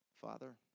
Father